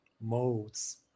modes